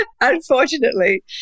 Unfortunately